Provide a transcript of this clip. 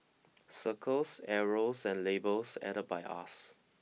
circles arrows and labels added by us